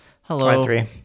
hello